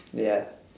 ya